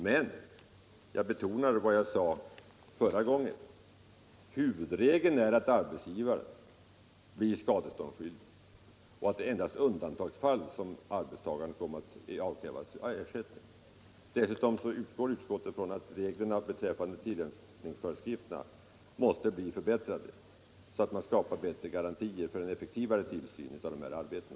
Men jag betonar vad jag sade förra gången: huvudregeln är att arbetsgivaren blir skadeståndsskyldig och att det endast är i undantagsfall som arbetstagaren avkrävs ersättning. Dessutom utgår utskottet från att reglerna beträffande tillämpningsföreskrifterna måste bli bättre, så att vi skapar garanti för en effektivare 169 tillsyn av dessa arbeten.